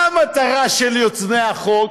מה המטרה של יוזמי החוק?